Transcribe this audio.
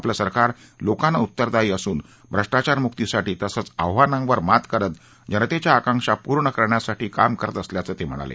आपलं सरकार लोकांना उत्तरदायी असून भ्रष्टाचार मुक्तीसाठी तसंच आव्हानांवर मात करत जनतेच्या आकांक्षा पूर्ण करण्यासाठी आपलं सरकार काम करत असल्याचं ते म्हणाले